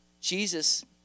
Jesus